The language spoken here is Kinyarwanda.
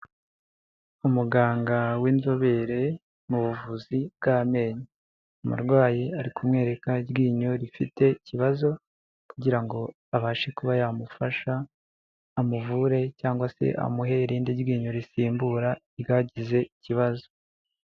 Umuganga w'inzobere mu buvuzi bw'amenyo, umurwayi ari kumwereka iryinyo rifite ikibazo kugira ngo abashe kuba yamufasha amuvure cyangwa se amuhe irindi ryinyo risimbura ryagize ikibazo.